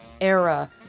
era